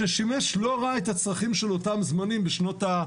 ששימש לא רע את אותם הצרכים של אותם זמנים בשנות,